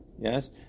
Yes